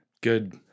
Good